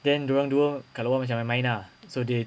then dia orang dua macam main main lah so they